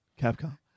Capcom